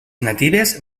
natives